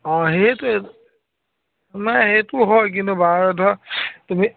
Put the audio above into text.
অ সেইটোৱে নাই সেইটো হয় কিন্তু বাৰ ধৰা তুমি